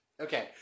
Okay